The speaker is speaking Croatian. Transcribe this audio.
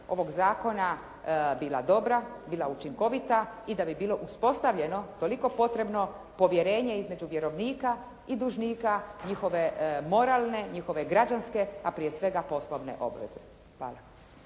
ovog zakona bila dobra, bila učinkovita i da bi bilo uspostavljeno toliko potrebno povjerenje između vjerovnika i dužnika, njihove moralne, njihove građanske, a prije svega poslovne obveze. Hvala.